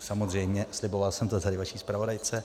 Samozřejmě, sliboval jsem to tady vaší zpravodajce.